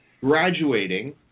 graduating